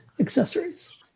accessories